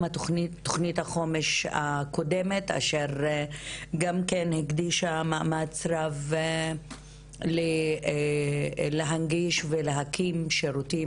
תוכנית החומש הקודמת אשר גם כן הקדישה מאמץ רב להנגיש ולהקים שירותים